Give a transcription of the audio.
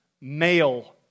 male